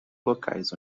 locais